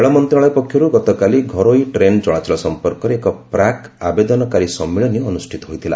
ରେଳ ମନ୍ତ୍ରଣାଳୟ ପକ୍ଷରୁ ଗତକାଲି ଘରୋଇ ଟ୍ରେନ୍ ଚଳାଚଳ ସଂପର୍କରେ ଏକ ପ୍ରାକ୍ ଆବେଦନକାରୀ ସମ୍ମିଳନୀ ଅନୁଷ୍ଠିତ ହୋଇଥିଲା